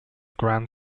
grand